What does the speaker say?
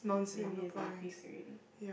maybe it has increased already